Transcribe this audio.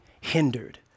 hindered